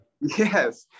Yes